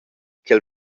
ch’el